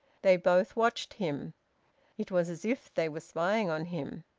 they both watched him it was as if they were spying on him.